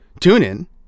TuneIn